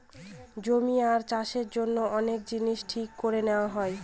জমি আর চাষের জন্য অনেক জিনিস ঠিক করে নেওয়া হয়